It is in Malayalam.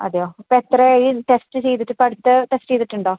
അതെയോ ഇപ്പോള് എത്രയായി ടെസ്റ്റ് ചെയ്തിട്ട് ഇപ്പോള് അടുത്ത് ടെസ്റ്റ് ചെയ്തിട്ടുണ്ടോ